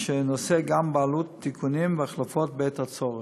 והוא נושא גם בעלות תיקונים והחלפות בעת הצורך.